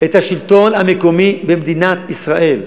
את השלטון המקומי במדינת ישראל.